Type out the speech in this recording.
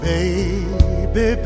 Baby